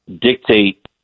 dictate